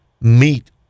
meet